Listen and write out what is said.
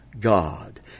God